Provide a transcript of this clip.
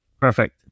Perfect